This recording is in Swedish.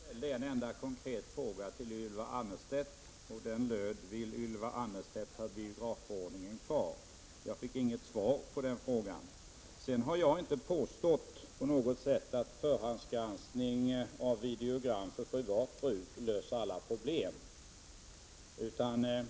Herr talman! Jag ställde en konkret fråga till Ylva Annerstedt. Den gällde om Ylva Annerstedt vill ha kvar biografförordningen. Jag fick inget svar på frågan. Jag har inte på något sätt påstått att förhandsgranskning av videogram för privat bruk löser alla problem.